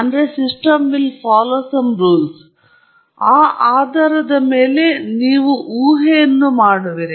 ಆದ್ದರಿಂದ ಆ ಆಧಾರದ ಮೇಲೆ ನೀವು ಊಹೆಯನ್ನು ಮಾಡುವಿರಿ